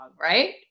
Right